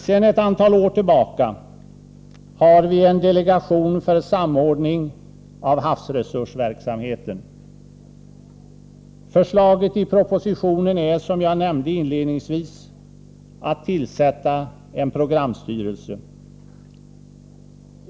Sedan ett antal år tillbaka har vi en delegation för samordning av havsresursverksamheten. Förslaget i propositionen är, som jag nämnde inledningsvis, att tillsätta en programstyrelse.